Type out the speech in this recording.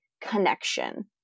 connection